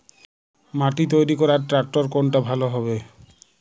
মাটি তৈরি করার ট্রাক্টর কোনটা ভালো হবে?